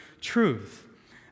truth